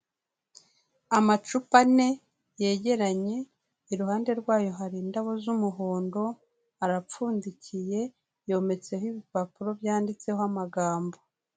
Amacupa ane yegeranye, iruhande rwayo hari indabo z'umuhondo, arapfundikiye, yometseho ibipapuro byanditseho amagambo.